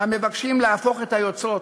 המבקשים להפוך את היוצרות,